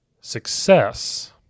success